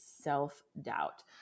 self-doubt